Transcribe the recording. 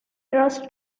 rushed